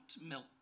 milk